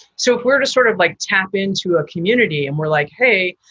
so if we're to sort of like tap into a community and we're like, hey,